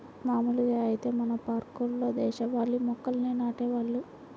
మాములుగా ఐతే మన పార్కుల్లో దేశవాళీ మొక్కల్నే నాటేవాళ్ళు